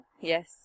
Yes